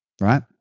right